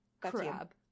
Crab